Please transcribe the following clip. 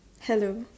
hello